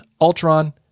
Ultron